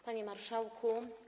Panie Marszałku!